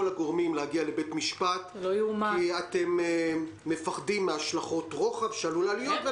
הגורמים להגיע לבית המשפט כי אתם מפחדים מהשלכת רוחב שעלולה להיות.